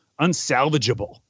unsalvageable